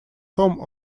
home